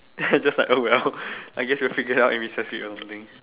then I just like oh well I guess we'll figure out in recess week or something